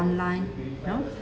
online you know